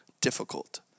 difficult